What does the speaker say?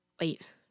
Wait